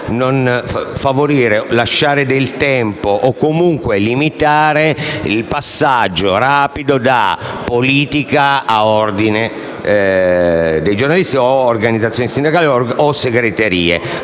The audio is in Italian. almeno di lasciare del tempo o comunque limitare il passaggio rapido dalla politica all'ordine dei giornalisti, alle organizzazioni sindacali o alle segreterie.